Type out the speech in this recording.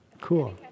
Cool